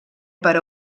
per